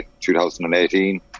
2018